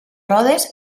rodes